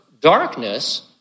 darkness